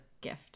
gift